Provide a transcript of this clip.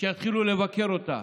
שיתחילו לבקר אותה.